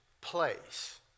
place